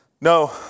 No